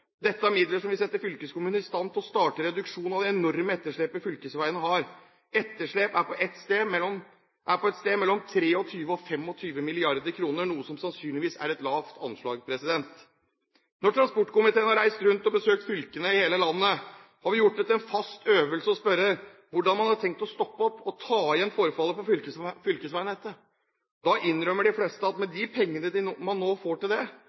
Dette er midler som vil sette fylkeskommunene i stand til å starte reduksjonen av det enorme etterslepet fylkesveiene har. Etterslepet er på et sted mellom 23 mrd. kr og 25 mrd. kr, noe som sannsynligvis er et lavt anslag. Når transportkomiteen har reist rundt og besøkt fylkene i hele landet, har vi gjort det til en fast øvelse å spørre hvordan man har tenkt å stoppe opp og ta igjen forfallet på fylkesveinettet. Da innrømmer de fleste at med de pengene man nå får til